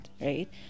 right